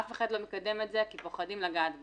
אף אחד לא מקדם את זה, כי פוחדים לגעת בהם.